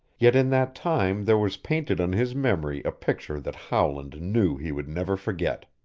yet in that time there was painted on his memory a picture that howland knew he would never forget.